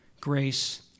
grace